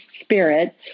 spirit